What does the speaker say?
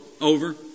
over